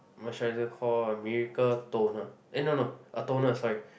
moisturizer call Miracle Toner eh no no a toner sorry